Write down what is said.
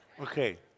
Okay